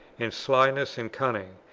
and slyness, and cunning,